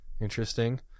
Interesting